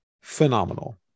phenomenal